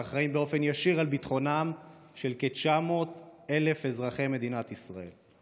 ואחראים באופן ישיר על ביטחונם של כ-900,000 אזרחי מדינת ישראל.